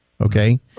Okay